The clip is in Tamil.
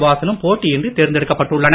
வாசனும் போட்டியின்றி தேர்ந்தெடுக்கப்பட்டுள்ளனர்